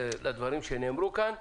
לדברים שנאמרו כאן,